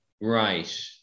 right